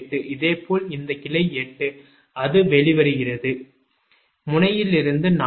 இதேபோல் இந்த கிளை 8 அது வெளிவருகிறது முனையிலிருந்து 4